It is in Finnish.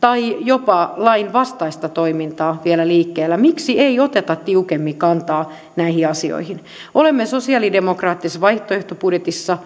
tai jopa lain vastaista toimintaa vielä liikkeellä miksi ei oteta tiukemmin kantaa näihin asioihin olemme sosialidemokraattisessa vaihtoehtobudjetissa